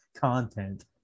content